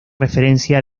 referencia